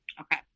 okay